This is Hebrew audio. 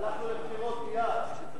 הלכנו לבחירות מייד.